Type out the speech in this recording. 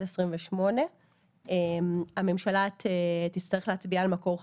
2028 הממשלה תצטרך להצביע על מקור חלופי.